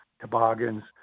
toboggans